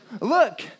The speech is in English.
Look